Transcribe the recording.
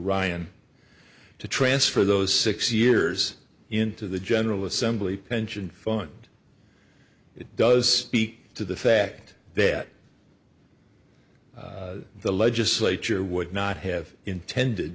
ryan to transfer those six years into the general assembly pension fund it does speak to the fact that the legislature would not have intended